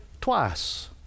twice